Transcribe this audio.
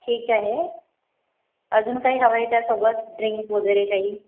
ठीक आहे अजून काही हवं आहे त्यासोबत ड्रिंक वगैरे काही